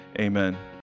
Amen